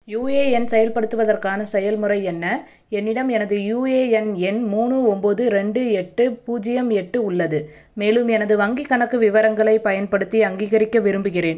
UAN செயல்படுத்துவதற்கான செயல்முறை என்ன என்னிடம் எனது யுஏஎன் எண் மூணு ஒம்போது ரெண்டு எட்டு பூஜ்ஜியம் எட்டு உள்ளது மேலும் எனது வங்கிக்கணக்கு விவரங்களைப் பயன்படுத்தி அங்கீகரிக்க விரும்புகிறேன்